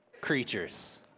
creatures